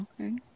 Okay